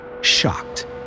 shocked